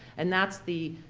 and that's the,